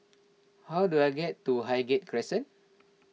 how do I get to Highgate Crescent